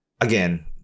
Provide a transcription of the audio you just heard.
Again